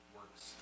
works